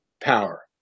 power